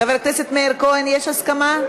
חבר הכנסת מאיר כהן, יש הסכמה?